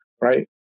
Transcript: Right